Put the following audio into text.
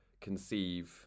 conceive